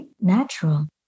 natural